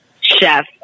chef